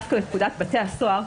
דווקא בפקודת בתי הסוהר,